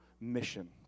mission